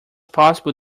possible